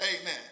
Amen